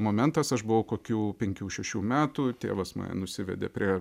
momentas aš buvau kokių penkių šešių metų tėvas mane nusivedė prie